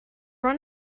run